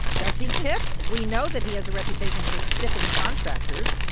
does he tip? we know that he has a reputation for stiffing contractors.